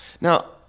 Now